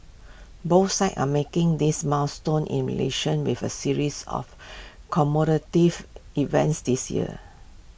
both sides are marking this milestone in relations with A series of events this year